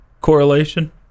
correlation